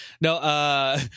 No